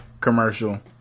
commercial